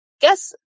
Guess